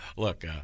Look